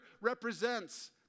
represents